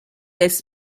est